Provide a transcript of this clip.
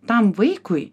tam vaikui